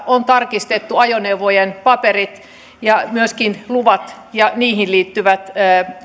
on tarkistettu ajoneuvojen paperit ja myöskin luvat ja niihin liittyvät